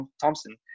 Thompson